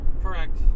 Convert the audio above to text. Correct